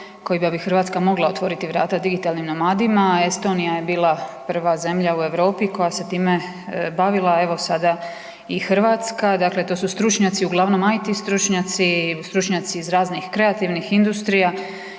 kojima bi Hrvatska mogla otvoriti vrata digitalnim nomadima. Estonija je bila prva zemlja u Europi koja se time bavila, evo, sada i Hrvatska. Dakle, to su stručnjaci, uglavnom IT stručnjaci, stručnjaci iz raznih kreativnih industrija